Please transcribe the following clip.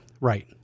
right